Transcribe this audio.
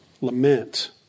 lament